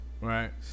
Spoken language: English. Right